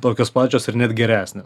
tokios pačios ir net geresnė